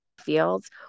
fields